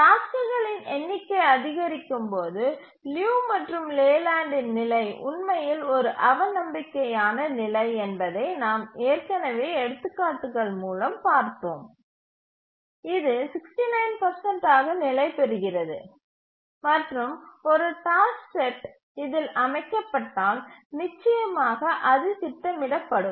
டாஸ்க்குகளின் எண்ணிக்கை அதிகரிக்கும் போது லியு மற்றும் லேலண்டின் நிலை உண்மையில் ஒரு அவநம்பிக்கையான நிலை என்பதை நாம் ஏற்கனவே எடுத்துக்காட்டுகள் மூலம் பார்த்தோம் இது 69 ஆக நிலைபெறுகிறது மற்றும் ஒரு டாஸ்க் செட் இதில் அமைக்கப்பட்டால் நிச்சயமாக அது திட்டமிடப்படும்